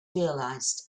realized